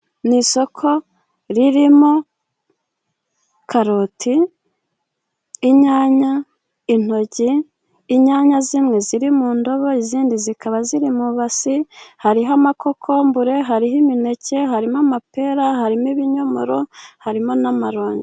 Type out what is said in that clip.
Ni isoko ririmo karoti, inyanya, intoryi, inyanya zimwe ziri mu ndobo, izindi zikaba ziri mu ibasi, hariho amakokombure, hariho imineke, harimo amapera, harimo ibinyomoro, harimo n'amaronji.